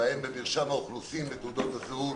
שבהן במרשם האוכלוסין בתעודות הזהות